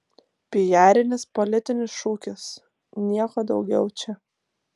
pijarinis politinis šūkis nieko daugiau čia